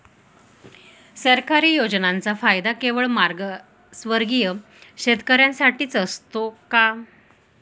सरकारी योजनांचा फायदा केवळ मागासवर्गीय शेतकऱ्यांसाठीच असतो का?